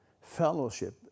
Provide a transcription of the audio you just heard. Fellowship